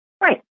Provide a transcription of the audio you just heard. right